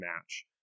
match